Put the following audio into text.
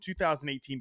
2018